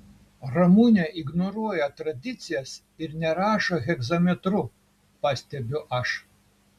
ramunė ignoruoja tradicijas ir nerašo hegzametru pastebiu aš